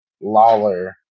Lawler